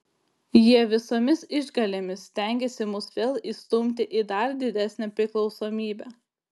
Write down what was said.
jie visomis išgalėmis stengiasi mus vėl įstumti į dar didesnę priklausomybę